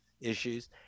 issues